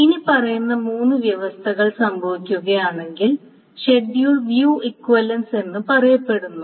ഇനിപ്പറയുന്ന മൂന്ന് വ്യവസ്ഥകൾ സംഭവിക്കുകയാണെങ്കിൽ ഷെഡ്യൂൾ വ്യൂ ഇക്വിവലൻസ് എന്ന് പറയപ്പെടുന്നു